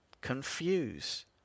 confuse